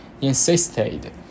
insisted